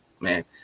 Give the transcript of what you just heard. man